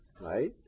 right